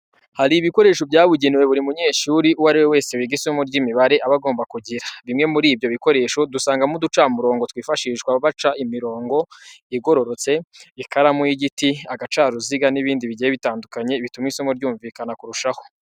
Hari ibikoresho byabugenewe buri munyeshuri uwo ari we wese wiga isomo ry'imibare aba agomba kugira. Bimwe muri ibyo bikoresho dusangamo uducamurongo twifashishwa baca imirongo igororotse, ikaramu y'igiti, agacaruziga n'ibindi bigiye bitandukanye bituma isomo ryumvikana kurushaho.